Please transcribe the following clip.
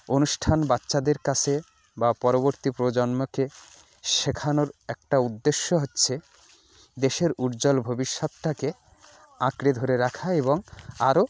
অনুষ্ঠান বাচ্চাদের কাছে বা পরবর্তী প্রজন্মকে শেখানোর একটা উদ্দেশ্য হচ্ছে দেশের উজ্জ্বল ভবিষ্যৎটাকে আঁকড়ে ধরে রাখা এবং আরও